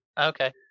Okay